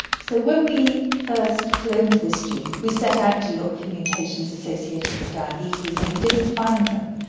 so when we first cloned this gene we set out to look for mutations associated with diabetes and we didn't find them.